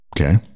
okay